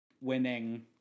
winning